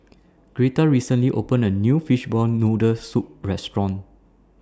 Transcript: Gretta recently opened A New Fishball Noodle Soup Restaurant